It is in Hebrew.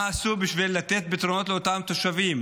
מה עשו בשביל לתת פתרונות לאותם תושבים,